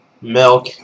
Milk